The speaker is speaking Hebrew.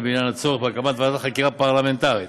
בעניין הצורך בהקמת ועדת חקירה פרלמנטרית